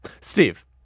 Steve